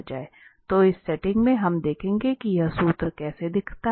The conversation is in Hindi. तो इस सेटिंग में हम देखेंगे कि यह सूत्र कैसा दिखता है